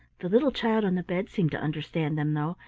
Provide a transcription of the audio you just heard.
the little child on the bed seemed to understand them though,